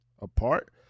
apart